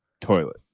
toilet